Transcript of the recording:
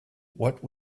what